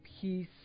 peace